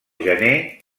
gener